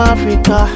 Africa